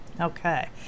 okay